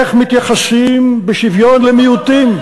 איך מתייחסים בשוויון למיעוטים,